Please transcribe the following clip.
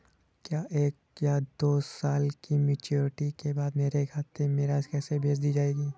क्या एक या दो साल की मैच्योरिटी के बाद मेरे खाते में राशि भेज दी जाएगी?